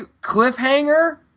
cliffhanger